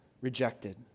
rejected